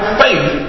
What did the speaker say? faith